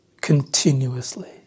continuously